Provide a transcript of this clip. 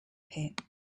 pit